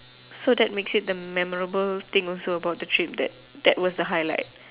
so that makes it the memorable thing also about the trip that that was the highlight